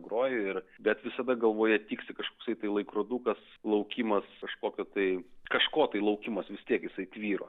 groju ir bet visada galvoje tiksi kažkoksai tai laikrodukas laukimas kažkokio tai kažko tai laukimas vis tiek jisai tvyro